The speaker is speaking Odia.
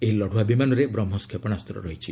ଏହି ଲତୁଆ ବିମାନରେ ବ୍ରହ୍ମସ୍ କ୍ଷେପଣାସ୍ତ ରହିଛି